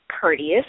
courteous